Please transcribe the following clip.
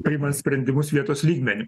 priimant sprendimus vietos lygmeniu